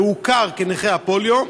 והוכר כנכה פוליו,